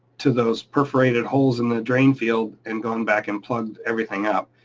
to those perforated holes in the drain field, and going back and plugged everything up,